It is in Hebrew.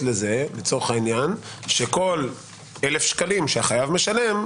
לזה שכל 1,000 שקלים שהחייב משלם,